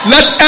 Let